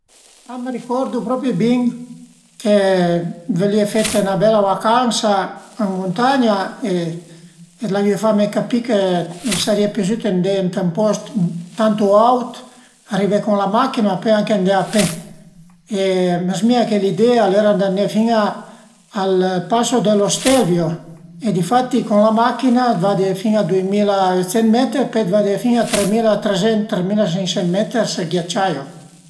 A më ricordu propi bin che völìe fete 'na bela vacansa ën muntagna e l'avìe fame capì che a sarìa piazüte andé ënt ün post tantu aut, arivé cun la machin-a e pöi anche andé a pe e a m'zmìa che l'idea al era d'andé fin al passo dello Stelvio e difatti cun la machin-a vade fin a düimilaötsent meter e pöi vade fin a tremilatresent, tremilasincsent meter sël ghiacciaio